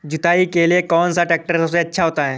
जुताई के लिए कौन सा ट्रैक्टर सबसे अच्छा होता है?